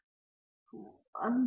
ಆದ್ದರಿಂದ ಅವರು ಭರ್ಜರಿ ಮಾಡಬೇಕು